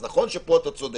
אז נכון שפה אתה צודק,